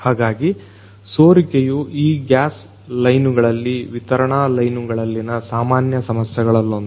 ಹಾಗಾಗಿ ಸೋರಿಕೆಯು ಈ ಗ್ಯಾಸ್ ಲೈನ್ಗಳಲ್ಲಿ ವಿತರಣಾ ಲೈನ್ಗಳಲ್ಲಿನ ಸಾಮನ್ಯ ಸಮಸ್ಯೆಗಳಲ್ಲೊಂದು